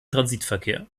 transitverkehr